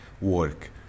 work